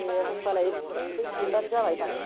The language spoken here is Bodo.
दे होनबालाय फैफिनबानो जाबाय दा